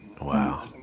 Wow